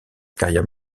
carrière